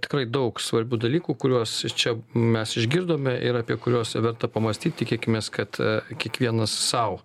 tikrai daug svarbių dalykų kuriuos čia mes išgirdome ir apie kuriuos verta pamąstyti tikėkimės kad kiekvienas sau